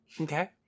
Okay